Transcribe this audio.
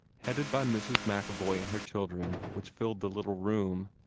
headed by mrs. macevoy and her children, which filled the little room,